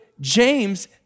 James